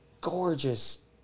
gorgeous